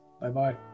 Bye-bye